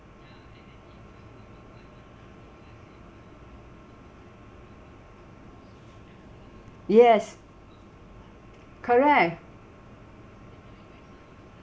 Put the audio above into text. yes correct